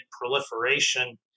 proliferation